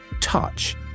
TOUCH